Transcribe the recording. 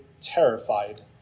terrified